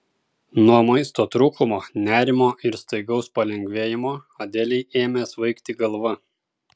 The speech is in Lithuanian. nuo maisto trūkumo nerimo ir staigaus palengvėjimo adelei ėmė svaigti galva